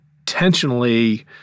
intentionally